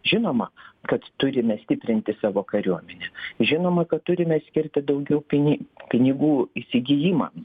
žinoma kad turime stiprinti savo kariuomenę žinoma kad turime skirti daugiau pini pinigų įsigijimą